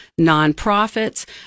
nonprofits